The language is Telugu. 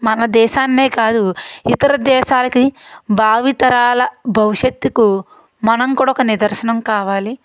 మన దేశాన్నే కాదు ఇతర దేశాలకి భావితరాల భవిష్యత్తుకు మనం కూడా ఒక నిదర్శనం కావాలి